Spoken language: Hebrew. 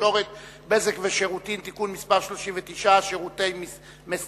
התקשורת (בזק ושידורים) (תיקון מס' 39) (שירותי מסרון),